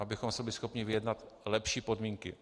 abychom si byli schopni vyjednat lepší podmínky.